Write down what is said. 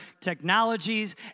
technologies